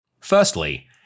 Firstly